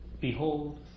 Behold